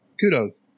kudos